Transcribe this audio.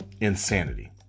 Insanity